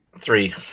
three